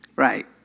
right